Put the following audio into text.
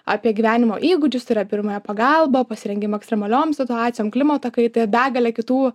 apie gyvenimo įgūdžius tai yra pirmąją pagalbą pasirengimą ekstremaliom situacijom klimato kaitą begalę kitų